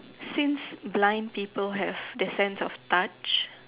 since blind people have their sense of touch